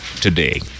today